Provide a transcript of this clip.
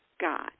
god